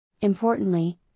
Importantly